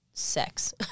Sex